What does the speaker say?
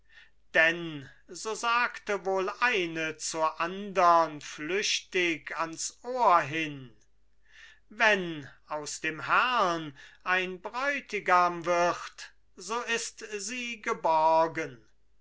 denn so sagte wohl eine zur andern flüchtig ans ohr hin wenn aus dem herrn ein bräutigam wird so ist sie geborgen